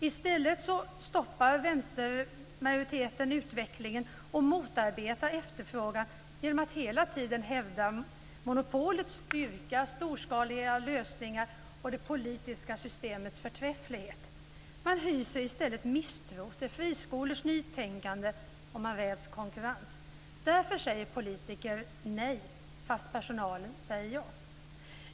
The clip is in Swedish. I stället stoppar vänstermajoriteten utvecklingen och motarbetar efterfrågan genom att hela tiden hävda monopolets styrka, storskaliga lösningar och det politiska systemets förträfflighet. Man hyser i stället misstro till friskolors nytänkande, och man räds konkurrens. Därför säger politiker nej, trots att personalen säger ja.